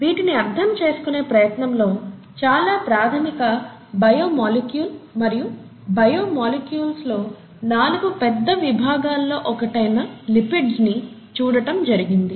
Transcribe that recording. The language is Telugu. వీటిని అర్థం చేసుకునే ప్రయత్నంలో చాలా ప్రాథమిక బయో మాలిక్యూల్ మరియు బయో మాలిక్యూల్లో నాలుగు పెద్ద విభాగాల్లో ఒకటైన లిపిడ్స్ ని చూడటం జరిగింది